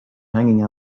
hanging